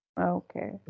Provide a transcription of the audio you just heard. okay